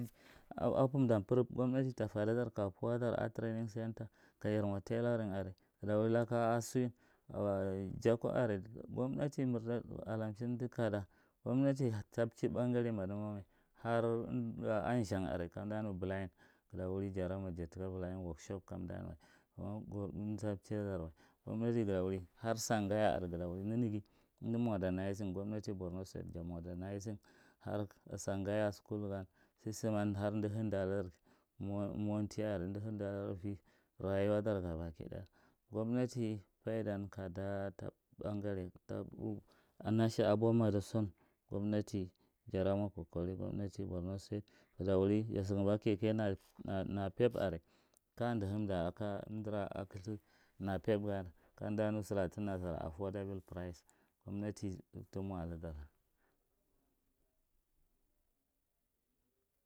A pumda paraɓ, gwamnati ta fadadar ka pwadar a training kajar mwa teloring are gada wuri laka a swing a jakwa are gomnati alachin amda kada. Gomnati ta mchi ɓangare madima mai, har anstama are kamda nu blind, gada wuri jaran ma jar taka blind workshop kamda nua. Kuma ko ata mchiyadar wa. Har sangaya are nanaga amda modernising, gomnati borno state sa modenisina har semgaya school gan systeman har amda aanda aladar monti are, amda hando ladar ava rayuwadar are gomnati paidan kada ta, banyard, a nasha a bwa madison gomnati jara mwa kokori, gomnatir borno state, gada wuri da sakamba keke naye napep are kaja ndohamda aka amdara a kaitha napep gan kamda nu ta nasara, affordable price gomnati ta mwa aladar.